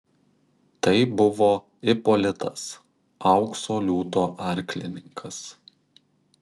tai buvo ipolitas aukso liūto arklininkas